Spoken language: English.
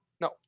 No